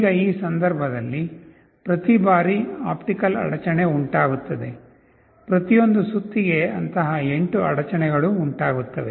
ಈಗ ಈ ಸಂದರ್ಭದಲ್ಲಿ ಪ್ರತಿ ಬಾರಿ ಆಪ್ಟಿಕಲ್ ಅಡಚಣೆ ಉಂಟಾಗುತ್ತದೆ ಪ್ರತಿಯೊಂದು ಸುತ್ತಿಗೆ ಅಂತಹ 8 ಅಡಚಣೆಗಳು ಉಂಟಾಗುತ್ತವೆ